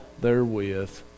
therewith